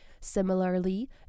Similarly